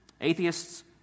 Atheists